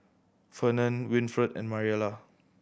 Fernand Winfred and Mariela